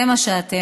זה מה שאתם.